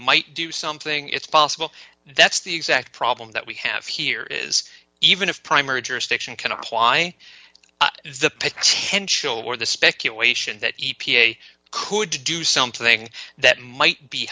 might do something it's possible that's the exact problem that we have here is even if primary jurisdiction can apply the pitch henschel or the speculation that e p a could do something that might be